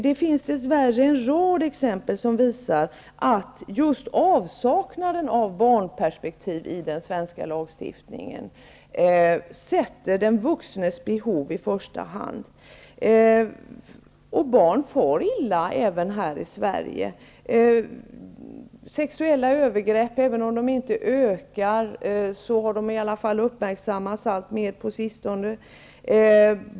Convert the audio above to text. Det finns dess värre en rad exempel på att just avsaknaden av barnperspektiv i den svenska lagstiftningen sätter den vuxnes behov i första hand. Barn far illa även här i Sverige. Sexuella övergrepp har uppmärksammats alltmer på sistone, även om antalet inte har ökat.